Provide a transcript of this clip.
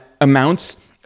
amounts